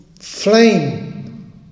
flame